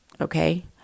Okay